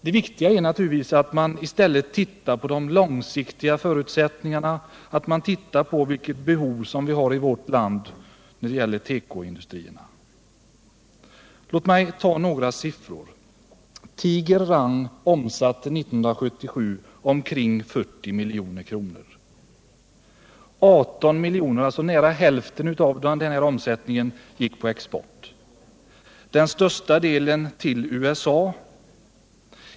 Det viktiga är naturligtvis att man i stället tittar på de långsiktiga förutsättningarna och undersöker vilka behov vi har i vårt land när det gäller tekoindustrin. Låt mig ta några siffror. Tiger-Rang omsatte 1977 omkring 40 milj.kr. Ca 18 milj.kr., alltså nära hälften av omsättningen, gick på export, den största delen till USA.